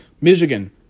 Michigan